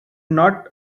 not